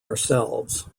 ourselves